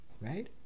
right